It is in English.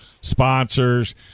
sponsors